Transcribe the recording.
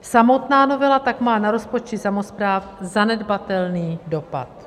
Samotná novela tak má na rozpočty samospráv zanedbatelný dopad.